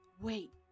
Wait